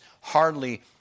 hardly